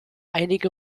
einige